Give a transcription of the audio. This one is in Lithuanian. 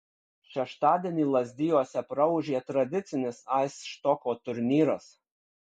šeštadienį lazdijuose praūžė tradicinis aisštoko turnyras